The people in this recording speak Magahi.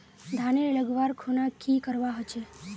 धानेर लगवार खुना की करवा होचे?